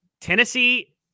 Tennessee